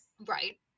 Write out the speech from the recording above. Right